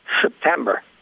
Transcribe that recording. September